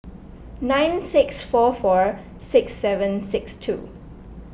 nine six four four six seven six two